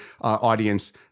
audience